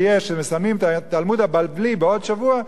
שמסיימים את התלמוד הבבלי בעוד שבוע,